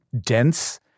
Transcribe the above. dense